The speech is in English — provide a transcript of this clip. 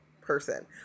person